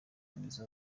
mwiza